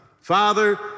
Father